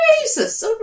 Jesus